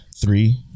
Three